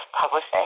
Publishing